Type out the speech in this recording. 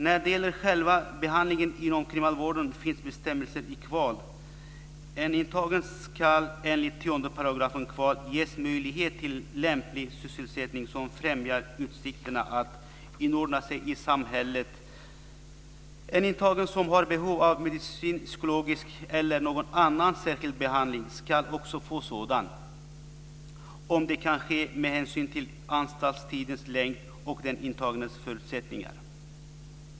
När det gäller själva behandlingen inom kriminalvården finns bestämmelser i KvaL. En intagen ska enligt 10 § KvaL ges möjlighet till lämplig sysselsättning som främjar utsikterna att inordna sig i samhället. En intagen som har behov av medicinsk, psykologisk eller någon annan särskild behandling ska också få sådan om det kan ske med hänsyn till anstaltstidens längd och den intagnes förutsättningar.